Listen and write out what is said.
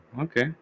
okay